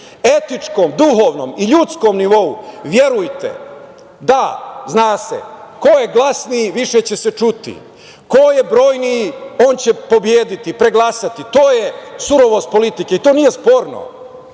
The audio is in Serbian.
etičkom, duhovnom i ljudskom nivou, verujte, da zna se ko je glasniji više će se čuti, ko je brojniji, on će pobediti, preglasati. To je surovost politike i to nije sporno.